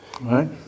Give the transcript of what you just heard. right